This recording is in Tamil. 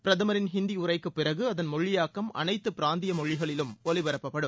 பிரதமரின் ஹிந்தி உரைக்குப் பிறகு அதன் மொழியாக்கம் அனைத்து பிராந்திய மொழிகளிலும் ஒகிபரப்பப்படும்